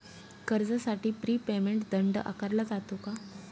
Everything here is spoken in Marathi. कर्जासाठी प्री पेमेंट दंड आकारला जातो का?